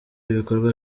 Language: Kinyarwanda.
ibikorwa